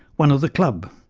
one of the club,